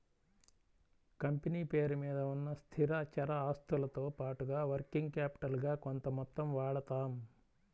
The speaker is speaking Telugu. కంపెనీ పేరు మీద ఉన్న స్థిరచర ఆస్తులతో పాటుగా వర్కింగ్ క్యాపిటల్ గా కొంత మొత్తం వాడతాం